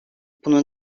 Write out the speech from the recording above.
bunun